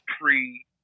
pre